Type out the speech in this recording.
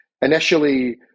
initially